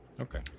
Okay